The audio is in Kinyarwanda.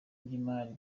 by’imari